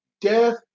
Death